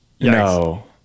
No